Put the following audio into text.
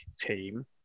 team